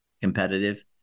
competitive